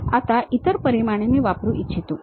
आता इतर परिमाणे मी वापरू इच्छितो